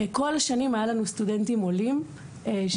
כל השנים היו לנו סטודנטים עולים שהצטרפו.